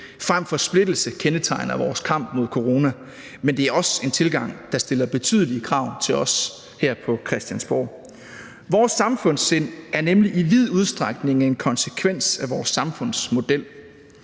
frem for splittelse kendetegner vores kamp mod corona, men det er også en tilgang, der stiller betydelige krav til os her på Christiansborg. Vores samfundssind er nemlig i vid udstrækning en konsekvens af vores samfundsmodel,